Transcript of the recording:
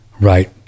right